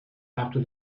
after